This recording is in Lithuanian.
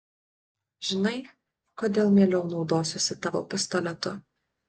žinai kodėl mieliau naudosiuosi tavo pistoletu